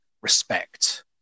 respect